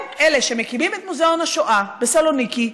הם אלה שמקימים את מוזיאון השואה בסלוניקי,